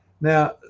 Now